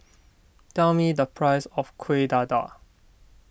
tell me the price of Kueh Dadar